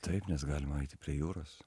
taip nes galima eiti prie jūros